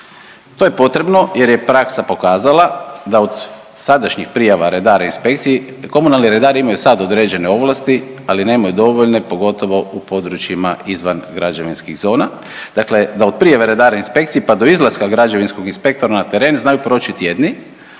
To je potrebno jer je praksa pokazala da od sadašnjih prijava redara inspekciji komunalni redari imaju sada određene ovlasti, ali nemaju dovoljne pogotovo u područjima izvan građevinskih zona. Dakle, da od prijave redara inspekciji pa do izlaska građevinskog inspektora na teren znaju proći tjedna,